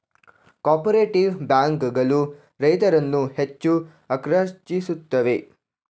cooperative bank ಗಳು ರೈತರನ್ನು ಹೆಚ್ಚು ಆಕರ್ಷಿಸುತ್ತವೆ